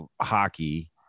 hockey